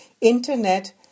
Internet